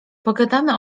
pogadamy